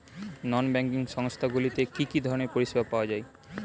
নন banking সংস্থা গুলিতে কি কি ধরনের পরিসেবা পাওয়া য়ায়?